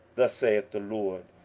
thus saith the lord,